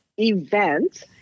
event